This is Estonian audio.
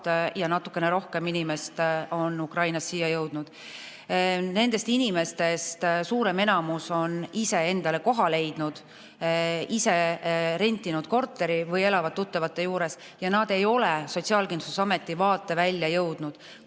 ja natuke rohkem inimest on Ukrainast siia jõudnud. Nendest inimestest suurem enamus on ise endale koha leidnud, ise rentinud korteri või elavad tuttavate juures ja nad ei ole Sotsiaalkindlustusameti vaatevälja jõudnud.